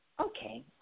Okay